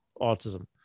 autism